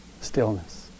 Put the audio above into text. stillness